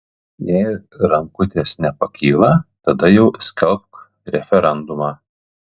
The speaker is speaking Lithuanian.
jei rankutės nepakyla tada jau skelbk referendumą